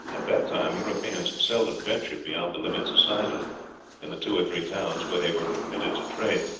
at that time europeans seldom ventured beyond the limits assigned to them in the two or three towns where they were permitted to trade,